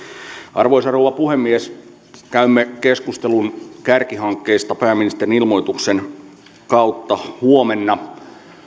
arvoisa rouva puhemies käymme keskustelun kärkihankkeista pääministerin ilmoituksen kautta huomenna